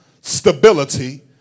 stability